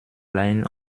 line